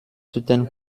töten